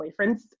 boyfriends